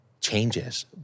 changes